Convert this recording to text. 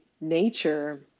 nature